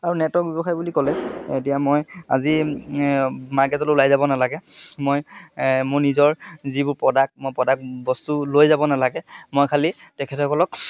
আৰু নেটৱৰ্ক ব্যৱসায় বুলি ক'লে এতিয়া মই আজি মাৰ্কেটত ওলাই যাব নালাগে মই মোৰ নিজৰ যিবোৰ প্ৰডাক্ট মই প্ৰডাক্ট বস্তু লৈ যাব নালাগে মই খালি তেখেতসকলক